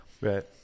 Right